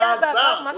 פטור מחובת הנחה?